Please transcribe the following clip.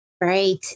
Right